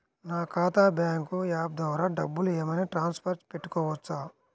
నా ఖాతా bank app ద్వారా డబ్బులు ఏమైనా ట్రాన్స్ఫర్ పెట్టుకోవచ్చా?